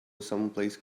someplace